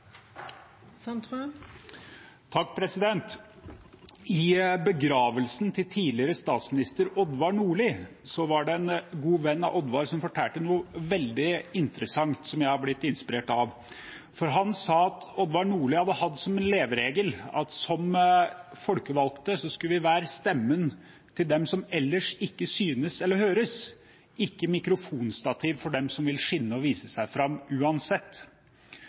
I begravelsen til tidligere statsminister Odvar Nordli var det en god venn av Odvar som fortalte noe veldig interessant, som jeg har blitt inspirert av. Han sa at Odvar Nordli hadde hatt som en leveregel at som folkevalgt skulle man være stemmen til dem som ellers ikke synes eller høres – ikke mikrofonstativ for dem som vil skinne og vise seg fram uansett.